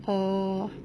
oh